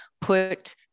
put